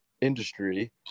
industry